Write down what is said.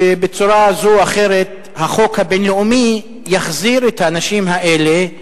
שבצורה זו או אחרת החוק הבין-לאומי יחזיר את האנשים האלה,